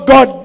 God